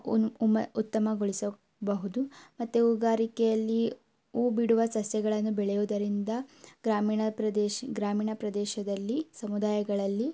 ಉತ್ತಮಗೊಳಿಸಬಹುದು ಮತ್ತು ಹೂಗಾರಿಕೆಯಲ್ಲಿ ಹೂ ಬಿಡುವ ಸಸ್ಯಗಳನ್ನು ಬೆಳೆಯುದರಿಂದ ಗ್ರಾಮೀಣ ಪ್ರದೇಶ ಗ್ರಾಮೀಣ ಪ್ರದೇಶದಲ್ಲಿ ಸಮುದಾಯಗಳಲ್ಲಿ